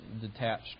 detached